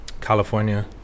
California